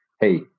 hey